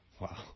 Wow